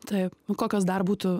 taip kokios dar būtų